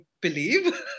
believe